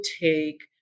take